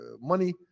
money